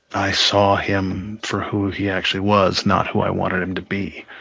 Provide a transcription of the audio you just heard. i saw him for who he actually was not who i wanted him to be.